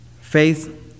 faith